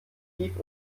tief